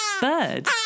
Bird